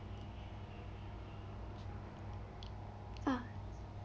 ah